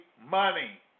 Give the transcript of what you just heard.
money